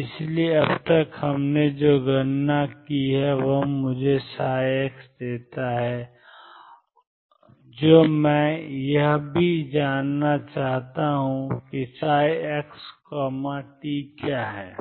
इसलिए अब तक हमने जो गणना की है वह मुझे ψ देता है जो मैं यह भी जानना चाहता हूं कि xt क्या है